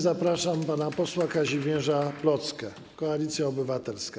Zapraszam pana posła Kazimierza Plocke, Koalicja Obywatelska.